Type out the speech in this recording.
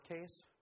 case